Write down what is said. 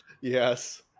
Yes